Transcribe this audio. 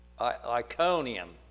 Iconium